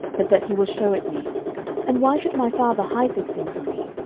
but that he will shew it me and why should my father hide this thing from me?